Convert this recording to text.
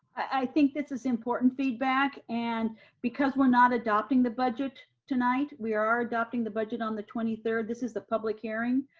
i think this is important feedback. and because we're not adopting the budget tonight, we are adopting the budget on the twenty third. this is the public hearing.